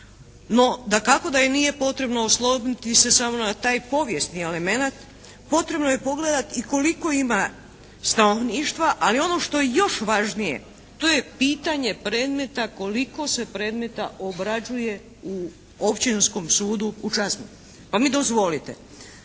No dakako da i nije potrebno osloniti se samo na taj povijesni elemenat, potrebno je pogledati i koliko ima stanovništva, ali ono što je još važnije to je pitanje predmeta koliko se predmeta obrađuje u Općinskom sudu u Čazmi pa mi dozvolite.